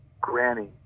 Granny